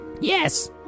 Yes